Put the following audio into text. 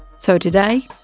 so today,